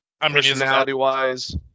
personality-wise